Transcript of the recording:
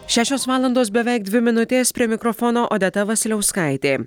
šešios valandos beveik dvi minutės prie mikrofono odeta vasiliauskaitė